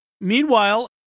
meanwhile